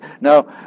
Now